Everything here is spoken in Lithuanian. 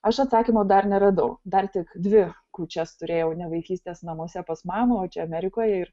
aš atsakymo dar neradau dar tik dvi kūčias turėjau ne vaikystės namuose pas mamą o čia amerikoje ir